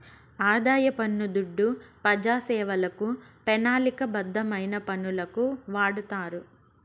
ఆదాయ పన్ను దుడ్డు పెజాసేవలకు, పెనాలిక బద్ధమైన పనులకు వాడతారు